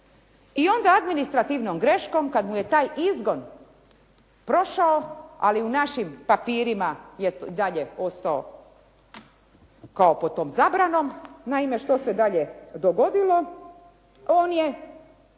I ona administrativnom greškom kada mu je taj izgon prošao, ali u našim papirima je dalje ostao kao pod tom zabranom, naime što se dalje dogodilo. On je